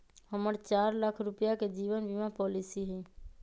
हम्मर चार लाख रुपीया के जीवन बीमा पॉलिसी हई